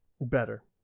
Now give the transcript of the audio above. better